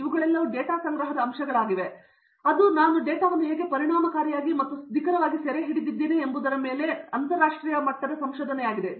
ಇವುಗಳೆಲ್ಲವೂ ಡೇಟಾ ಸಂಗ್ರಹದ ಅಂಶಗಳಾಗಿವೆ ಮತ್ತು ಅದು ನಾನು ಡೇಟಾವನ್ನು ಹೇಗೆ ಪರಿಣಾಮಕಾರಿಯಾಗಿ ಮತ್ತು ನಿಖರವಾಗಿ ಹೇಗೆ ಸೆರೆಹಿಡಿದಿದೆ ಎಂಬುದರ ಅಂತರಶಾಸ್ತ್ರೀಯ ಸಂಶೋಧನೆಯಾಗಿದೆ